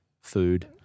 food